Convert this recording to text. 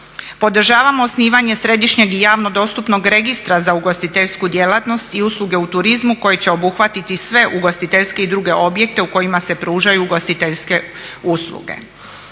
Podržavamo osnivanje središnjeg i javno dostupnog registra za ugostiteljsku djelatnost i usluge u turizmu koji će obuhvatiti sve ugostiteljske i druge objekte u kojima se pružaju ugostiteljske usluge.